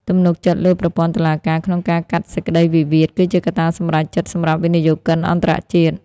ទំនុកចិត្តលើប្រព័ន្ធតុលាការក្នុងការកាត់សេចក្តីវិវាទ គឺជាកត្តាសម្រេចចិត្តសម្រាប់វិនិយោគិនអន្តរជាតិ។